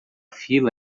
fila